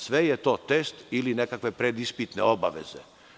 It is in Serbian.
Sve je to test ili nekakve predispitne obaveze.